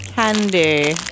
candy